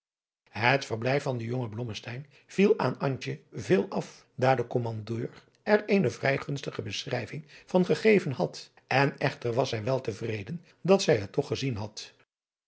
het verblijf van den jongen blommesteyn viel aan antje veel af daar de kommandeur er eene vrij gunstige beschrijving van gegeven had en echter was zij wel te vreden dat zij het toch gezien had